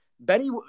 Benny